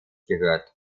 gehört